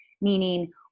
Meaning